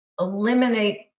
eliminate